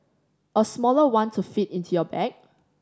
a smaller one to fit into your bag